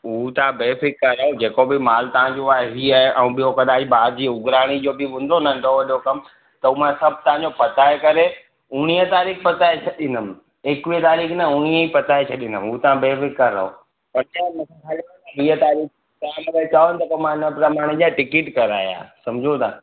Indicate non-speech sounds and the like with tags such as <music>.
हू तां बेफिक्र रहो जेको बि माल तांजो आहे हीअ आए आऊं ॿियो <unintelligible> ॿाहिरि जी उघराणी जो बि हूंदो न नंढो वॾो कमु त हू मां सभु तांजो पताए करे उणिवीह तारीख़ पताए छॾींदुमि एक्वीह तारीख़ न उणिवीह ई पताए छॾींदुमि हो ता बेफिक्र रहो वधि में वधि वीह तारीख़ तां सब चओ त मां हिन समान जा टिकेट करायां समझो ता